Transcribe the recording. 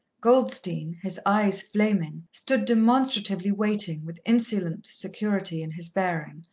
goldstein, his eyes flaming, stood demonstratively waiting, with insolent security in his bearing,